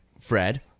Fred